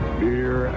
beer